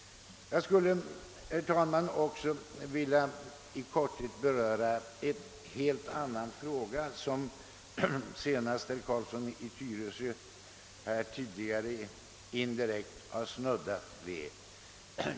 Jag skulle, herr talman, också vilja i korthet beröra en helt annan fråga, som senast herr Carlsson i Tyresö indirekt har snuddat vid.